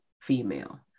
female